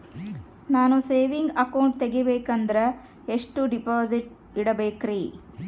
ನಾನು saving account ತೆಗಿಬೇಕಂದರ ಎಷ್ಟು ಡಿಪಾಸಿಟ್ ಇಡಬೇಕ್ರಿ?